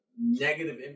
negative